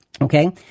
Okay